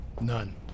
None